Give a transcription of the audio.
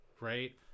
right